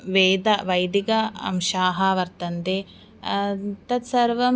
वेदाः वैदिकाः अंशाः वर्तन्ते तत्सर्वं